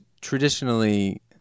traditionally